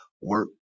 work